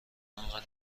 اینقدر